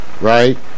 Right